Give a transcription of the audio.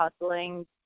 hustling